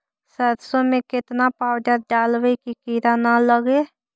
सरसों में केतना पाउडर डालबइ कि किड़ा न लगे?